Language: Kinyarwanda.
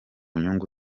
nyungu